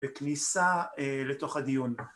‫בכניסה, אה... לתוך הדיון.